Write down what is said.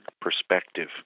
perspective